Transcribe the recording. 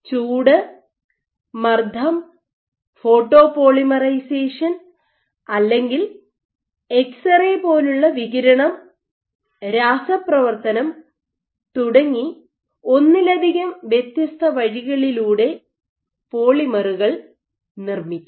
ചൂട് മർദ്ദം photo polymerisation അല്ലെങ്കിൽ എക്സ് റേ പോലുള്ള വികിരണം രാസപ്രവർത്തനം തുടങ്ങി ഒന്നിലധികം വ്യത്യസ്ത വഴികളിലൂടെ പോളിമറുകൾ നിർമ്മിക്കാം